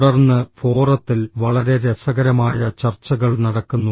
തുടർന്ന് ഫോറത്തിൽ വളരെ രസകരമായ ചർച്ചകൾ നടക്കുന്നു